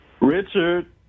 Richard